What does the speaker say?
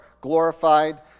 glorified